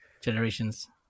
generations